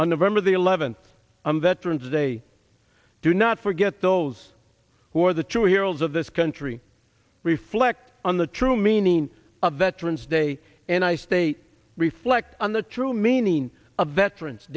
on november the eleventh on veterans day do not forget those who are the true heroes of this country reflect on the true meaning of veterans day and i state reflect on the true meaning of veteran